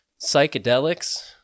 psychedelics